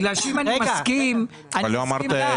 בגלל שאם אני מסכים הייתי מסכים לה.